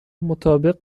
مطابق